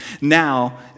now